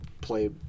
play